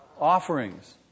offerings